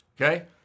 okay